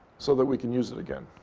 so that we can use it again.